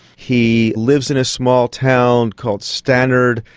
he lives in a small town called stannard.